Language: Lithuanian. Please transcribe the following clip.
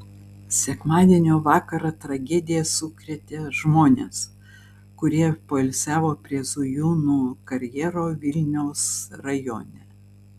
sekmadienio vakarą tragedija sukrėtė žmones kurie poilsiavo prie zujūnų karjero vilniaus rajone